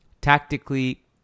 Tactically